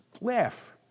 Laugh